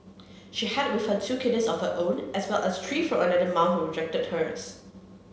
she had with her two kittens of her own as well as three from another mum who rejected hers